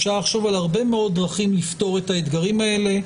אפשר לחשוב על הרבה מאוד דרכים לפתור את האתגרים האלה,